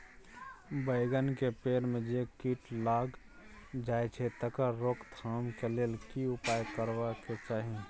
बैंगन के पेड़ म जे कीट लग जाय छै तकर रोक थाम के लेल की उपाय करबा के चाही?